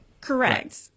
Correct